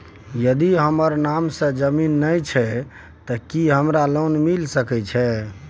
यदि हमर नाम से ज़मीन नय छै ते की हमरा लोन मिल सके छै?